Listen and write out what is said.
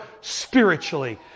spiritually